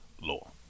law